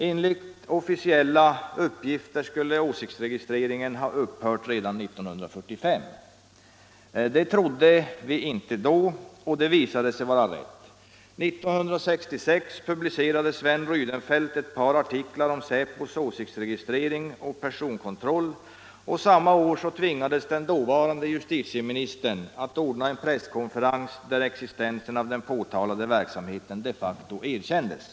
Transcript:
Enligt officiella uppgifter skulle åsiktsregistreringen ha upphört redan sendet sendet 180 1945. Det trodde vi inte då, och det visade sig vara riktigt. Är 1966 publicerade Sven Rydenfeldt ett par artiklar om säpos åsiktsregistrering och personkontroll, och samma år tvingades den dåvarande justitieministern att ordna en presskonferens, där existensen av den påtalade verksamheten de facto erkändes.